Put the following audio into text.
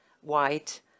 white